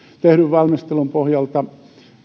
tehdyn valmistelun pohjalta